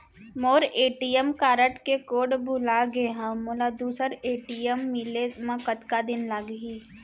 मोर ATM card के code भुला गे हव, मोला दूसर ए.टी.एम मिले म कतका दिन लागही?